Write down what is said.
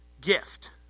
gift